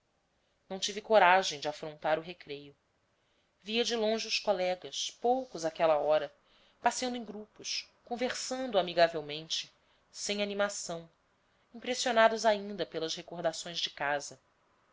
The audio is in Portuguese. não tive coragem de afrontar o recreio via de longe os colegas poucos àquela hora passeando em grupos conversando amigavelmente sem animação impressionados ainda pelas recordações de casa